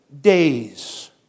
days